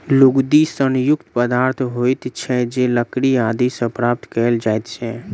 लुगदी सन युक्त पदार्थ होइत छै जे लकड़ी आदि सॅ प्राप्त कयल जाइत छै